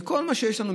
מכל מה שיש לנו,